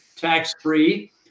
tax-free